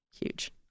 Huge